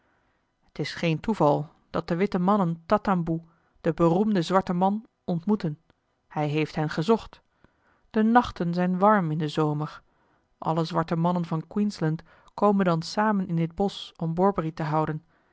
t is geen toeval dat de witte mannen tatamboe den beroemden zwarten man ontmoeten hij heeft hen gezocht de nachten zijn warm in den zomer alle zwarte mannen van queensland komen dan samen in dit bosch om borbori te houden